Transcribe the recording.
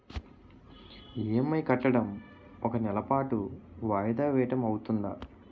EMI కట్టడం ఒక నెల పాటు వాయిదా వేయటం అవ్తుందా?